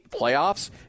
playoffs